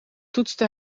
toetste